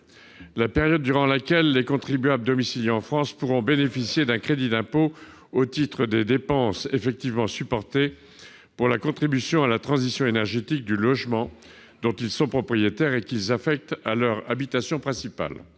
la période, durant laquelle les contribuables domiciliés en France pourront bénéficier d'un crédit d'impôt au titre des dépenses effectivement supportées pour la contribution à la transition énergétique du logement dont ils sont propriétaires et qu'ils affectent à leur habitation principale.